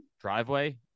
Driveway